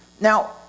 Now